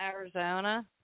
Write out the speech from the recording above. Arizona